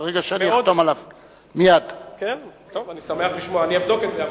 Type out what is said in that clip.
אני שמח לשמוע, אני אבדוק את זה.